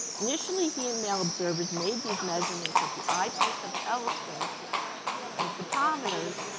initially, he and male observers made these measurements at the eyepiece of telescopes and photometers,